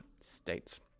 States